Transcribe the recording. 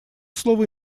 слово